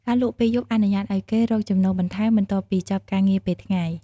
ការលក់ពេលយប់អនុញ្ញាតឱ្យគេរកចំណូលបន្ថែម បន្ទាប់ពីចប់ការងារពេលថ្ងៃ។